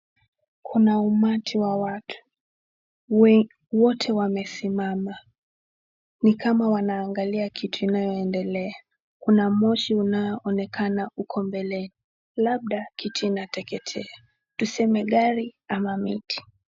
Kuna umati wa watu, Wote wamesimama nikama wanaangalia kitu inayo endelea. Kuna moshi ambao unaonekana huko mbele labda kitu inateketea tuseme gari ama miti.